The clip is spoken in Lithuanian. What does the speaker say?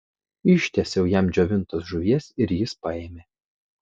ištiesiau jam džiovintos žuvies ir jis paėmė